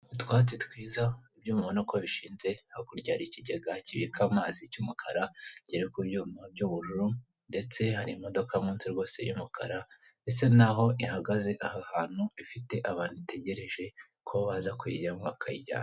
Utwatsi twiza ibyuma ubona ko bishinze hakurya hari ikigega kibika amazi cy'umukara kiri ku byuma by'ubururu ndetse hari imodoka munsi rwose y'umukara bisa naho ihagaze aha hantu ifite abantu itegereje ko baza kuyijyamo bakayijyana.